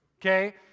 okay